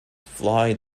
fly